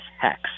hacks